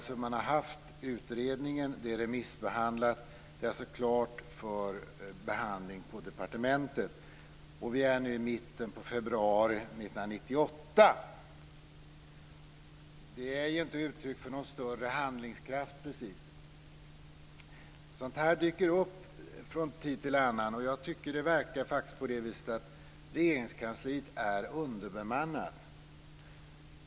Utredningen har alltså gjorts, den är remissbehandlad och det är klart för behandling på departementet. Vi är nu i mitten av februari 1998. Det ger ju inte uttryck för någon större handlingskraft. Sådant här dyker upp från tid till annan. Jag tycker att det verkar som om Regeringskansliet är underbemannat.